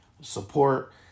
support